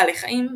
בעלי חיים,